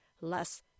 less